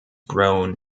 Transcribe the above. grown